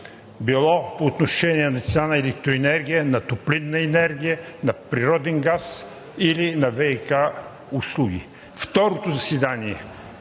било по отношение на цената на електроенергия, на топлинна енергия, на природен газ, или на ВиК услуги. Второто заседание,